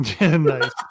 Nice